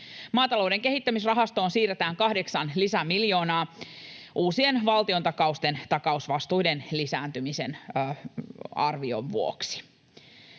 Maatalouden kehittämisrahastoon siirretään kahdeksan lisämiljoonaa uusien valtiontakausten takausvastuiden arvioidun lisääntymisen vuoksi.